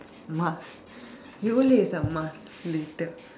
must Yole is a must later